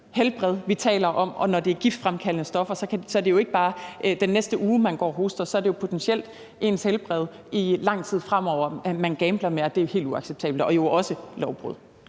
helbred, vi taler om, og når det er giftige stoffer, er det jo ikke bare den næste uge, man går og hoster; så er det jo potentielt ens helbred i lang tid fremover, man gambler med, og det er helt uacceptabelt og jo også et lovbrud.